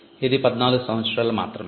ఇది 14 సంవత్సరాలు మాత్రమే